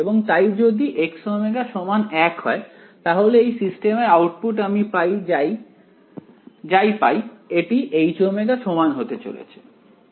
এবং তাই যদি Xω সমান 1 হয় তাহলে এই সিস্টেমের আউটপুট আমি যাই পাই এটি Hω সমান হতে চলেছে